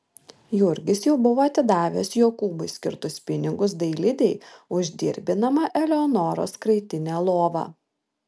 jurgis jau buvo atidavęs jokūbui skirtus pinigus dailidei už dirbinamą eleonoros kraitinę lovą